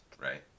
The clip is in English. Right